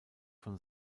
von